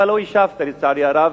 אתה לא השבת, לצערי הרב.